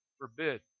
forbid